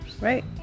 right